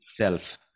self